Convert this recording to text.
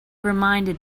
reminded